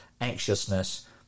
anxiousness